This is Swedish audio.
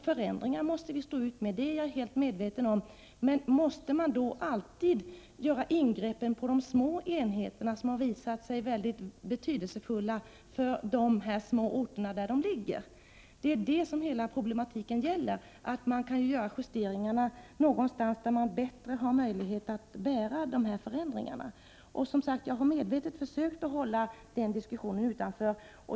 Förändringar måste vi stå ut med, det är jag helt medveten om, men måste ingreppen alltid göras på de små enheterna, som har visat sig mycket betydelsefulla för de små orter där de ligger? Det är detta hela problematiken gäller. Justeringarna kan ju göras någonstans där förändringarna bättre kan bäras. Jag har, som sagt, medvetet försökt att hålla denna diskussion utanför.